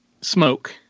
smoke